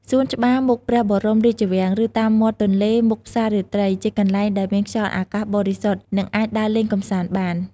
សួនច្បារមុខព្រះបរមរាជវាំង ឬតាមមាត់ទន្លេមុខផ្សាររាត្រី ជាកន្លែងដែលមានខ្យល់អាកាសបរិសុទ្ធ និងអាចដើរលេងកម្សាន្តបាន។